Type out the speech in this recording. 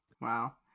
Wow